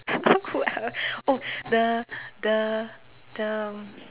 oh the the the